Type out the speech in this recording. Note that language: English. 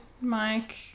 Mike